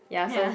ya so